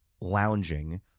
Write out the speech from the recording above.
lounging